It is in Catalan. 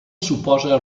suposa